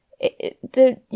the-